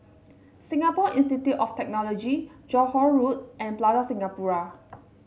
Singapore Institute of Technology Johore Road and Plaza Singapura